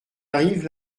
arrive